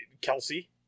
Kelsey